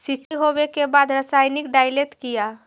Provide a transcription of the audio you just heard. सीचाई हो बे के बाद रसायनिक डालयत किया?